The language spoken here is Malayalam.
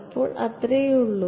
അതിനാൽ അത്രയേയുള്ളൂ